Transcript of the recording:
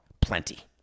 plenty